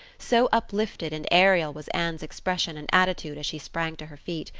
so uplifted and aerial was anne's expression and attitude as she sprang to her feet,